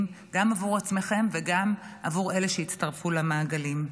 גם עבור עצמכם וגם עבור אלה שהצטרפו למעגלים.